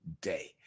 day